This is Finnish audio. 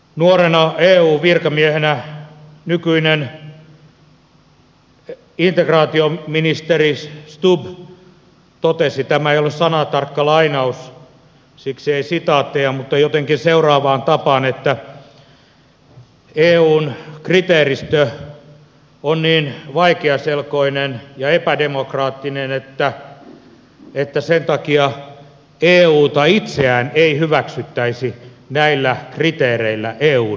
nuorena eu virkamiehenä nykyinen integraatioministeri stubb totesi tämä ei ole sanatarkka lainaus siksi ei sitaatteja mutta jotenkin seuraavaan tapaan että eun kriteeristö on niin vaikeaselkoinen ja epädemokraattinen että sen takia euta itseään ei hyväksyttäisi näillä kriteereillä eun jäseneksi